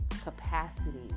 capacity